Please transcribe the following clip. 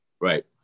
right